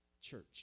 church